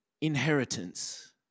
inheritance